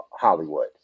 Hollywood